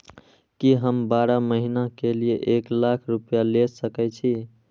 की हम बारह महीना के लिए एक लाख रूपया ले सके छी?